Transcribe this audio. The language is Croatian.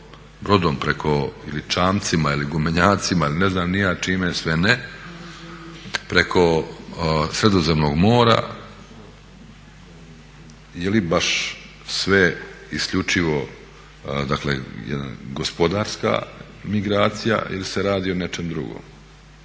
brodom preko ili čamcima ili gumenjacima ili ne znam ni ja čime sve ne, preko Sredozemnog mora je li baš sve isključivo, dakle gospodarska migracija ili se radi o nečem drugom.